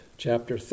Chapter